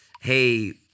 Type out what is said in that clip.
hey